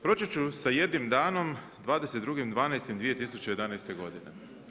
Počet ću sa jednim danom 22.12.2011. godine.